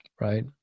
right